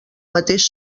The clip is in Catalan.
mateix